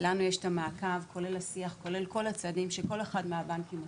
שלנו יש את המעקב כולל השיח וכולל כל הצעדים של כל אחד מהבנקים עשו,